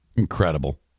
incredible